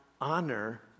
honor